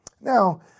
Now